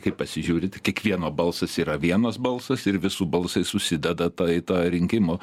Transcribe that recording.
kaip pasižiūri tai kiekvieno balsas yra vienas balsas ir visų balsai susideda tą į tą rinkimų